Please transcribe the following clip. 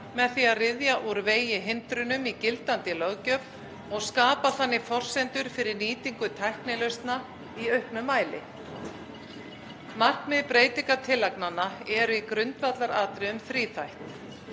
með því að ryðja úr vegi hindrunum í gildandi löggjöf og skapa þannig forsendur fyrir nýtingu tæknilausna í auknum mæli. Markmið breytingartillagnanna eru í grundvallaratriðum þríþætt.